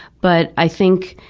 but i think,